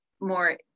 more